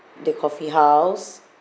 the coffee house